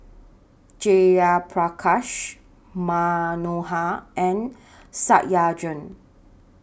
Jayaprakash Manohar and Satyendra